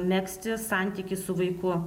megzti santykį su vaiku